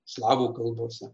slavų kalbose